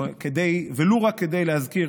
ולו רק כדי להזכיר